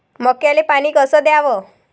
मक्याले पानी कस द्याव?